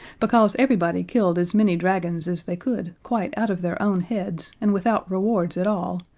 because everybody killed as many dragons as they could quite out of their own heads and without rewards at all,